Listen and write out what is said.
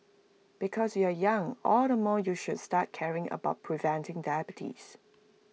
because you are young all the more you should start caring about preventing diabetes